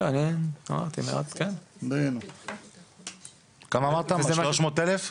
כמה אמרת 300 אלף?